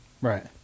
Right